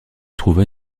trouva